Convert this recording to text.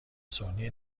صوتی